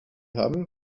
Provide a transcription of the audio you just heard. haben